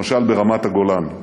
למשל ברמת-הגולן.